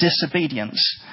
disobedience